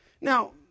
Now